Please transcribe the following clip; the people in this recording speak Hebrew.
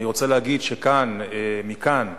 אני רוצה להגיד מכאן שישראל,